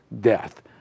death